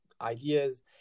ideas